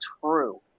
true